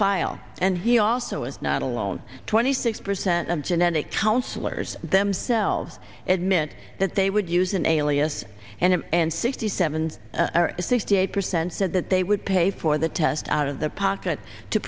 file and he also is not alone twenty six percent of genetic counselors themselves admit that they would use an alias and sixty seven sixty eight percent said that they would pay for the test out of their pocket to